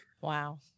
wow